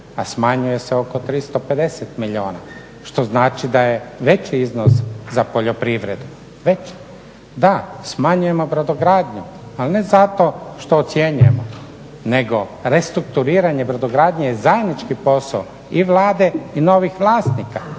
a smanjuje se oko 350 milijuna. Što znači da je veći iznos za poljoprivredu, veći. Da, smanjujemo brodogradnju. Ali ne zato što ocjenjujemo nego restrukturiranje brodogradnje je zajednički posao i Vlade i novih vlasnika.